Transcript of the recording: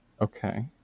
Okay